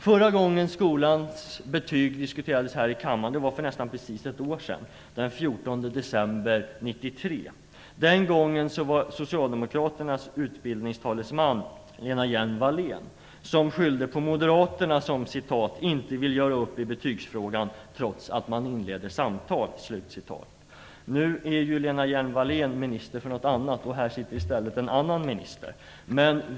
Förra gången som skolans betyg diskuterades här i kammaren var för nästan precis ett år sedan, den 14 december 1993. Den gången var socialdemokraternas utbildningstalesman Lena Hjelm-Wallén, som skyllde på moderaterna som "inte vill göra upp i betygsfrågan, trots att man inledde samtal". Nu är Lena Hjelm Wallén minister för ett annat departement, och här i kammaren sitter nu en annan minister.